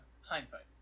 hindsight